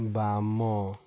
ବାମ